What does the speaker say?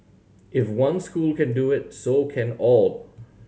if one school can do it so can all